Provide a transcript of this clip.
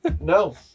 no